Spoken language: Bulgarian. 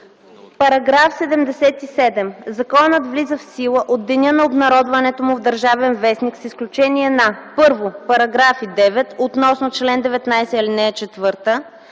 § 77: „§ 77. Законът влиза в сила от деня на обнародването му в „Държавен вестник” с изключение на: 1. параграфи 9 (относно чл. 19, ал. 4),